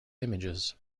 images